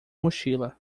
mochila